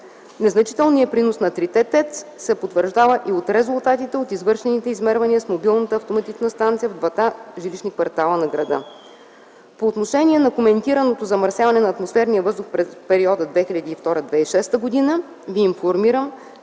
Незначителният принос на трите ТЕЦ-а се потвърждава и от резултатите от извършените измервания с мобилната автоматична станция в двата жилищни квартала на града. По отношение на коментираното замърсяване на атмосферния въздух през периода 2002-2006 г. Ви информирам,